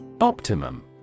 Optimum